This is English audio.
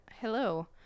Hello